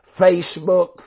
Facebook